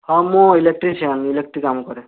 ହଁ ମୁଁ electrician electric କାମ କରେ